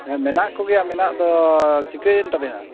ᱦᱮᱸ ᱢᱮᱱᱟᱜ ᱠᱚᱜᱮᱭᱟ ᱢᱮᱱᱟᱜ ᱫᱚ ᱪᱤᱠᱟᱹᱭᱮᱱ ᱛᱟᱵᱮᱱᱟ